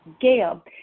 Gail